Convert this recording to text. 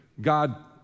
God